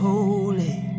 Holy